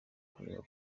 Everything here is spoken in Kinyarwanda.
kureba